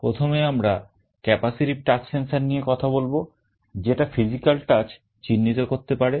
প্রথমে আমরা capacitive touch sensor নিয়ে কথা বলব যেটা physical touch চিহ্নিত করতে পারে